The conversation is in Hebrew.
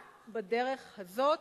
רק בדרך הזאת.